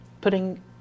putting